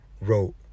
wrote